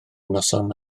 noson